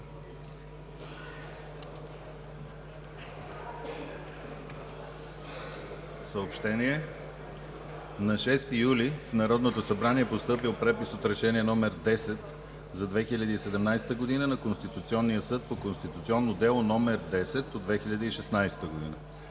Съобщения: На 6 юли в Народното събрание е постъпил препис от Решение № 10 за 2017 г. на Конституционния съд по Конституционно дело № 10 от 2016 г.